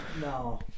no